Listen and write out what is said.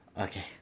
Okay